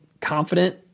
confident